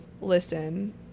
listen